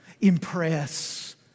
impress